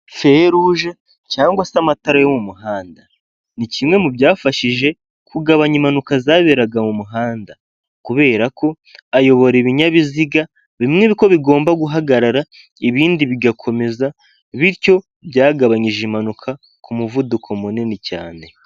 Feruje cyangwa se amatara yo mu muhanda, ni kimwe mu byafashije kugabanya impanuka zaberaga mu muhanda, kubera ko ayobora ibinyabiziga bimwe ko bigomba guhagarara ibindi bigakomeza, bityo byagabanyije impanuka ku muvuduko munini cyane.